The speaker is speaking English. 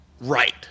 right